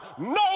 no